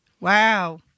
Wow